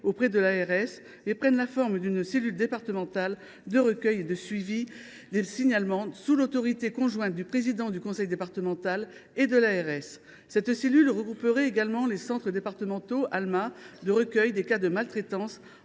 de santé (ARS) et prenne la forme d’une cellule départementale de recueil et de suivi des signalements de maltraitance, sous l’autorité conjointe du président du conseil départemental et de l’ARS. Cette cellule regroupera également les centres départementaux Alma de recueil des cas de maltraitance